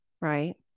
right